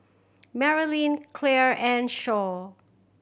Merilyn Claire and